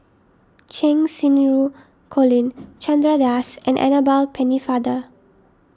Cheng Xinru Colin Chandra Das and Annabel Pennefather